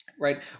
right